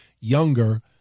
younger